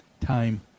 time